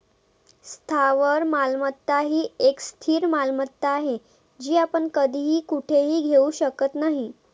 स्थावर मालमत्ता ही एक स्थिर मालमत्ता आहे, जी आपण कधीही कुठेही घेऊ शकत नाही